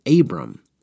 Abram